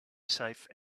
safe